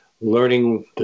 learning